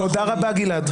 תודה, גלעד.